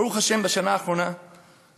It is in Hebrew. ברוך השם, בשנה האחרונה ראינו